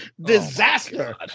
Disaster